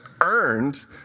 earned